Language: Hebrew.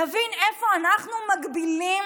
נבין איפה אנחנו מגבילים